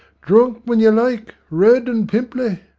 drunk when you like, red and pimply.